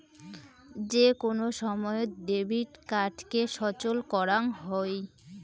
যে কোন সময়ত ডেবিট কার্ডকে সচল করাং হই